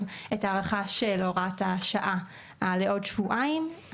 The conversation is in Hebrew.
את ההארכה של הוראת השעה לעוד שבועיים.